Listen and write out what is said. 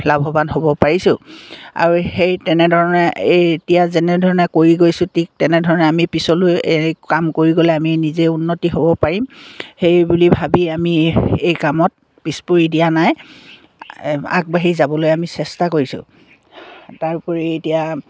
লাভৱান হ'ব পাৰিছোঁ আৰু সেই তেনেধৰণে এই এতিয়া যেনেধৰণে কৰি গৈছোঁ ঠিক তেনেধৰণে আমি পিছলৈ এই কাম কৰি গ'লে আমি নিজে উন্নতি হ'ব পাৰিম সেই বুলি ভাবি আমি এই কামত পিছপৰি দিয়া নাই এই আগবাঢ়ি যাবলৈ আমি চেষ্টা কৰিছোঁ তাৰোপৰি এতিয়া